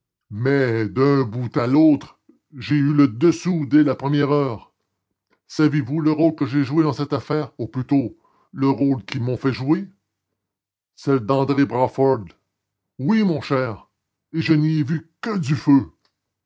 mais d'un bout à l'autre j'ai eu le dessous dès la première heure savez-vous le rôle que j'ai joué dans cette affaire ou plutôt le rôle qu'ils m'ont fait jouer celui d'andré brawford oui mon cher et je n'y ai vu que du feu